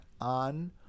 on